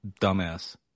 dumbass